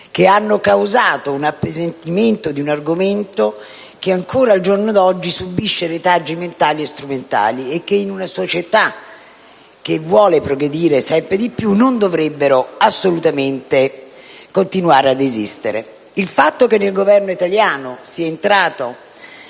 che hanno causato un appesantimento di un argomento che ancora, al giorno d'oggi, subisce retaggi mentali e strumentali che in una società che vuole progredire sempre di più non dovrebbero assolutamente continuare ad esistere. Il fatto che sia entrato